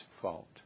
fault